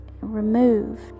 removed